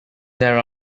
there